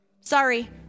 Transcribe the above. Sorry